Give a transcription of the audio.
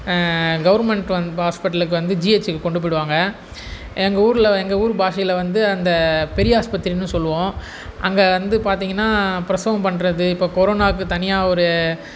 government ஹாஸ்பிட்டலுக்கு வந்து ஜிஹெச்சுக்கு கொண்டு போய்டுவாங்க எங்கள் ஊரில் எங்கள் ஊர் பாஷையில் வந்து அந்த பெரிய ஆஸ்பத்திரினு சொல்லுவோம் அங்கே வந்து பார்த்திங்கனா பிரசவம் பண்ணுறது இப்போ கொரோனாக்கு தனியாக ஒரு